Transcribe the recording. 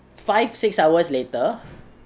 five six hours later